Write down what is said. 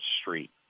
street